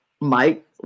Mike